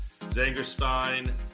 Zangerstein